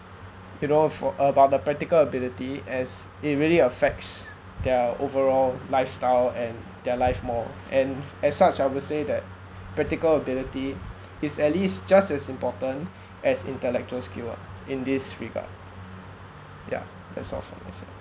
you know for about the practical ability as it really affects their overall lifestyle and their life more and as such I would say that practical ability is at least just as important as intellectual skill ah in this regard yeah that's all for myself